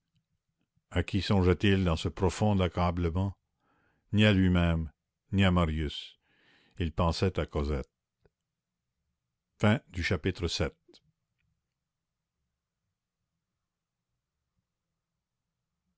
à qui songeait-il dans ce profond accablement ni à lui-même ni à marius il pensait à cosette chapitre